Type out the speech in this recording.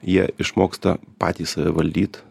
jie išmoksta patys save valdyt